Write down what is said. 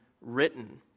written